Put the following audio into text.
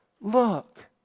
look